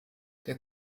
der